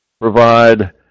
provide